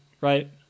right